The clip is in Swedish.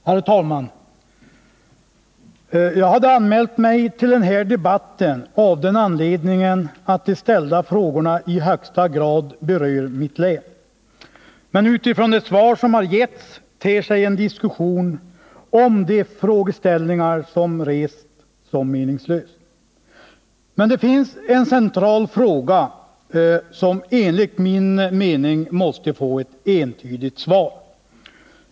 Herr talman! Jag hade anmält mig till den här debatten av den anledningen att de ställda frågorna i högsta grad berör mitt län. Men utifrån det svar som getts ter sig en diskussion om de frågeställningar som rests meningslös. Men det finns en central fråga som enligt min mening måste få ett entydigt svar.